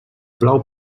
plou